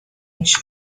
میشه